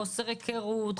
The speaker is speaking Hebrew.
חוסר הכרות,